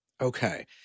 Okay